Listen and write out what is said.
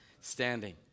standing